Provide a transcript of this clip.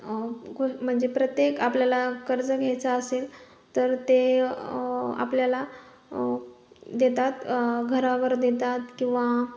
अ म्हणजे प्रत्येक आपल्याला कर्ज घ्यायचा असेल तर ते आपल्याला देतात घरावर देतात किंवा